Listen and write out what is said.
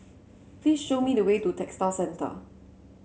please show me the way to Textile Center